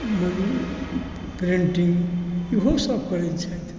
Madhubani printing ईहो सब करै छथि